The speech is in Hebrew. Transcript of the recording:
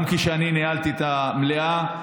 גם כשאני ניהלתי את המליאה,